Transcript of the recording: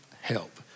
help